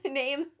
name